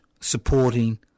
supporting